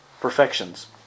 perfections